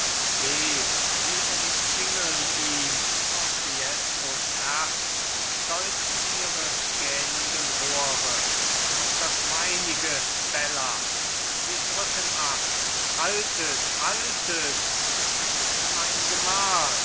sie umzingeln ihn auf fiescos herz deuten ihre gähnenden rohre auf das meinige bella sie drücken ab haltet haltet es ist mein gemahl